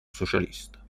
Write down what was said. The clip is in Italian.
socialista